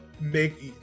make